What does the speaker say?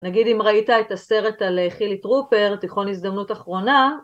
נגיד אם ראית את הסרט על חילי טרופר, תיכון הזדמנות אחרונה,